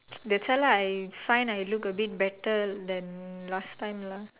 that's why lah I find I look a bit better than last time lah